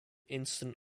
instant